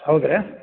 ಹೌದಾ